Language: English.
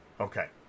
Okay